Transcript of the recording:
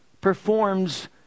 Performs